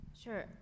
Sure